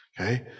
okay